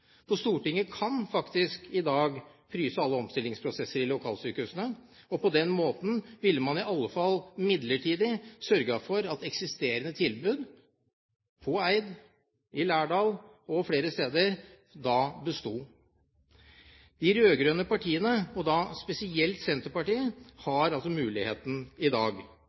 tid. Stortinget kan faktisk i dag fryse alle omstillingsprosesser i lokalsykehusene. På denne måten ville man i alle fall midlertidig sørget for at eksisterende tilbud på Eid, i Lærdal og flere steder besto. De rød-grønne partiene, og da spesielt Senterpartiet, har altså muligheten i dag.